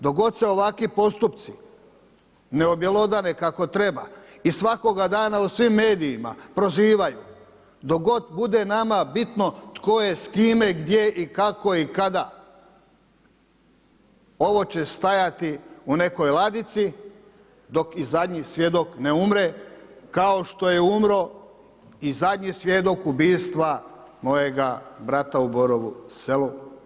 Dok god se ovakvi postupci ne objelodane kako treba i svakoga dana u svim medijima prozivaju, dok god bude nama bitno tko je s kime, gdje i kako i kada, ovo će stajati u nekoj ladici dok i zadnji svjedok ne umre kao što je umro i zadnji svjedok ubistva mojega brata u Borovu Selu.